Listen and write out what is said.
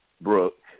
Brooke